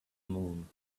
moon